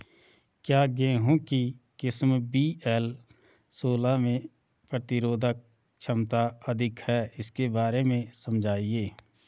क्या गेहूँ की किस्म वी.एल सोलह में प्रतिरोधक क्षमता अधिक है इसके बारे में समझाइये?